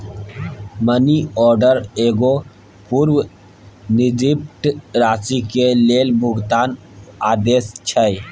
money order एगो पूर्व निर्दिष्ट राशि के लेल भुगतान आदेश छै